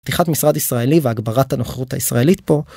פתיחת משרד ישראלי והגברת הנוכחות הישראלית פה